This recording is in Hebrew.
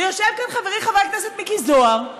ויושב כאן חברי חבר הכנסת מיקי זוהר,